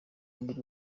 mubiri